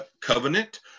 covenant